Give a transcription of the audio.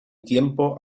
tiempo